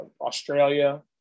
australia